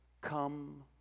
come